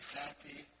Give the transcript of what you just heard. happy